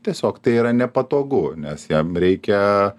tiesiog tai yra nepatogu nes jam reikia